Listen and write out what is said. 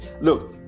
Look